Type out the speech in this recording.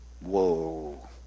Whoa